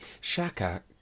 Shaka